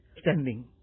Standing